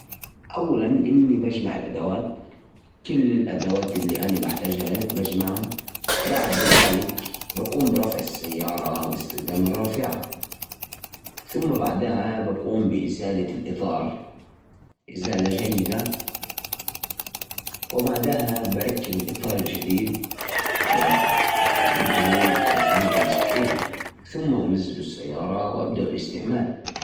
عشان تغير إطار السيارة أو الدراجة، أول شيء، تأكد إنك في مكان آمن. بعدين، استخدم رافع لرفع السيارة أو الدراجة. وبعدين، شيل الإطار القديم وحط الجديد. ثبت المسامير كويس، وبعدين انزل السيارة أو الدراجة. تأكد من نفخ الإطار بالهواء الكافي.و بس.